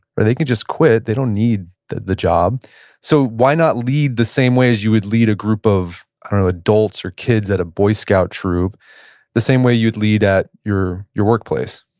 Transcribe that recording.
they can just quit. they don't need the the job so why not lead the same way as you would lead a group of adults or kids at a boy scout troop the same way you would lead at your your workplace?